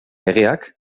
legeak